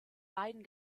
beiden